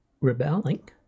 rebelling